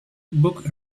book